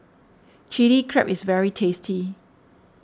Chili Crab is very tasty